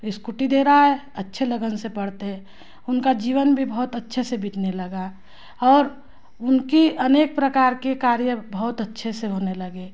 scooty दे रहा है अच्छे लगन से पढ़ते हैं उनका जीवन भी बहुत अच्छे से बिताने लगा और उनकी अनेक प्रकार के कार्य बहुत अच्छे से होने लगे